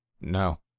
No